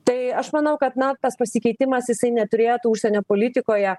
tai aš manau kad na tas pasikeitimas jisai neturėtų užsienio politikoje